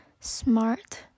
Smart